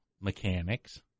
mechanics